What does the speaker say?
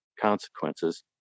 consequences